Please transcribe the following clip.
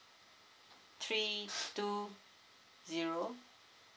three two zero